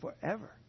Forever